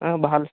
অ' ভাল